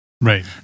Right